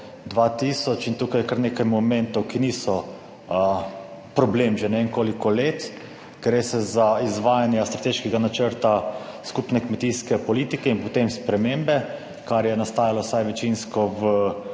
2000 in tukaj je kar nekaj momentov, ki niso problem že ne vem koliko let, gre se za izvajanje strateškega načrta skupne kmetijske politike in potem spremembe, kar je nastajalo vsaj večinsko v